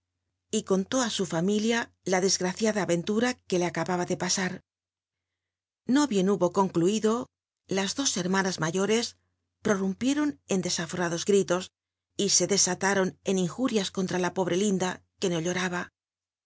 y contó á su familia la desgraciada arenlura que le acababa de pasar no bien hubo concluido las dos hermanas mayores prorumpieron en desaforados gritos y se desalaron en jnj urias contra la pobre linda que no lloraba